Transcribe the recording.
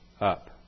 up